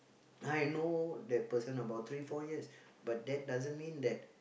I know that person about three four years but that doesn't mean that